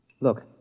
Look